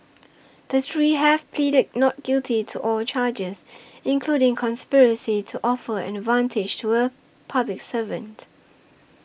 the three have pleaded not guilty to all charges including conspiracy to offer an advantage to a public servant